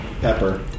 pepper